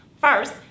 First